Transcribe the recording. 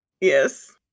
Yes